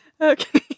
okay